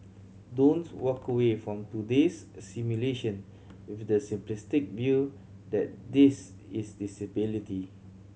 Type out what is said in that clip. don't walk away from today's simulation with the simplistic view that this is disability